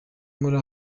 muri